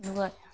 ꯑꯗꯨꯒ